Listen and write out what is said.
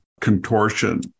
contortion